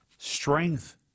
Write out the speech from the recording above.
strength